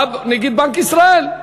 בא נגיד בנק ישראל.